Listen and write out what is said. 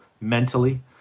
mentally